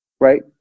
Right